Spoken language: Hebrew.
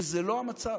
וזה לא המצב.